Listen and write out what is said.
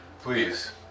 Please